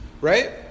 right